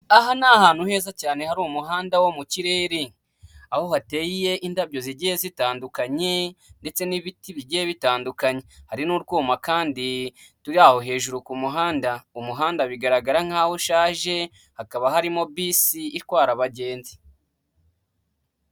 Tengamara na tiveya twongeye kubatengamaza, ishimwe kuri tiveya ryongeye gutangwa ni nyuma y'ubugenzuzi isuzuma n'ibikorwa byo kugaruza umusoro byakozwe dukomeje gusaba ibiyamu niba utariyandikisha kanda kannyeri maganainani urwego ukurikiza amabwiriza nibayandikishije zirikana fatire ya ibiyemu no kwandikisha nimero yawe ya telefone itanga n amakuru.